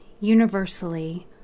universally